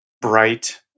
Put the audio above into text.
bright